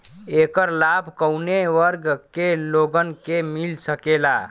ऐकर लाभ काउने वर्ग के लोगन के मिल सकेला?